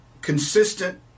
consistent